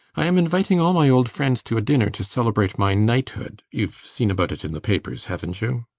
i am inviting all my old friends to a dinner to celebrate my knighthood youve seen about it in the papers, havnt you?